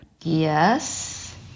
Yes